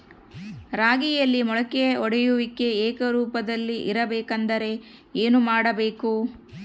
ರಾಗಿಯಲ್ಲಿ ಮೊಳಕೆ ಒಡೆಯುವಿಕೆ ಏಕರೂಪದಲ್ಲಿ ಇರಬೇಕೆಂದರೆ ಏನು ಮಾಡಬೇಕು?